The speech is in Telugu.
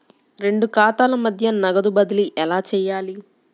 రెండు ఖాతాల మధ్య నగదు బదిలీ ఎలా చేయాలి?